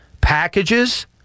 packages